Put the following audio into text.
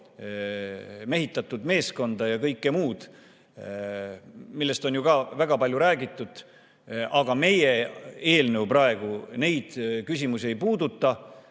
mehitatud meeskonda ja kõike muud, millest on ju ka väga palju räägitud. Aga meie eelnõu praegu neid küsimusi ei puuduta.